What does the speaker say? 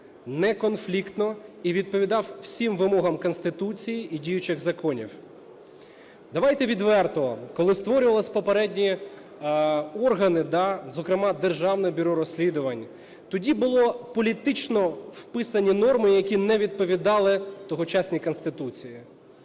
неконфліктно і відповідав всім вимогам Конституції, і діючим законам. Давайте відверто, коли створювалися попередні органи, зокрема Державне бюро розслідувань, тоді було політично вписані норми, які не відповідали тогочасній Конституції.